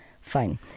fine